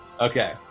Okay